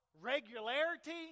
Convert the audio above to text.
regularity